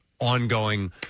Ongoing